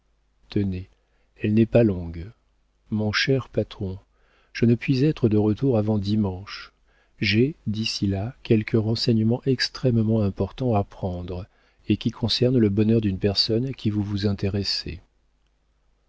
tenez elle n'est pas longue mon cher patron je ne puis être de retour avant dimanche j'ai d'ici là quelques renseignements extrêmement importants à prendre et qui concernent le bonheur d'une personne à qui vous vous intéressez